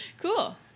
Cool